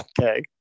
Okay